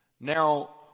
Now